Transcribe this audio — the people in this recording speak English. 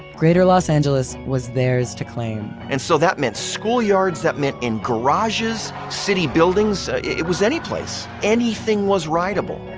greater los angeles was theirs to claim. and so that meant schoolyards, and that meant in garages, city buildings, it was any place. anything was rideable.